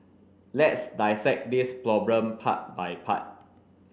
let's dissect this problem part by part